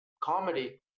comedy